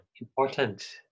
important